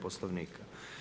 Poslovnika.